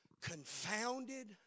confounded